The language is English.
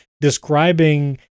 describing